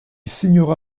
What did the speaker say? signera